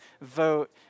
vote